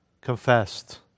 confessed